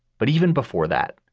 but even before that,